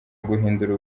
uguhindura